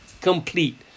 complete